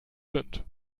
sind